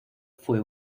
fue